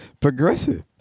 progressive